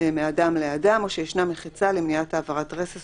בין אדם לאדם או שישנה מחיצה למניעת העברת רסס